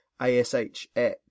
Ashx